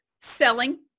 selling